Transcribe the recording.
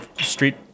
street